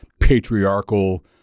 patriarchal